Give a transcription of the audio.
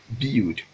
build